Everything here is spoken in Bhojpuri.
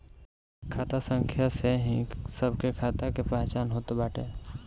खाता संख्या से ही सबके खाता के पहचान होत बाटे